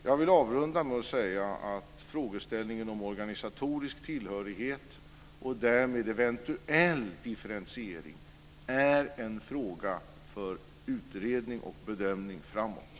Jag vill avrunda med att säga att frågeställningen om organisatorisk tillhörighet och därmed eventuell differentiering är en fråga för utredning och bedömning framöver.